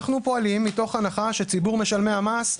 אנחנו פועלים מתוך הנחה שציבור משלמי המיסים